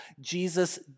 Jesus